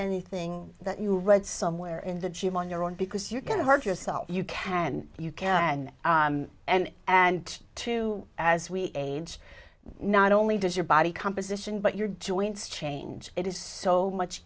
anything that you read somewhere in the gym on your own because you can hurt yourself you can you can and and too as we age not only does your body composition but your joints change it is so much